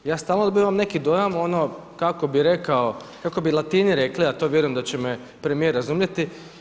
Ja stalno dobivam neki dojam ono kako bi rekao, kako bi Latini a to vjerujem da će me premijer razumjeti,